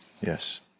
Yes